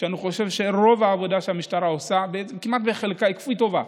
אני חושב שרוב העבודה שהמשטרה עושה היא כפוית טובה,